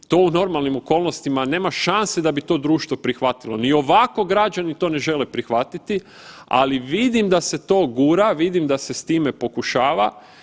To u normalnim okolnostima nema šanse da bi to društvo prihvatilo, ni ovako građani to ne žele prihvatiti, ali vidim da se to gura, vidim da se s time pokušava.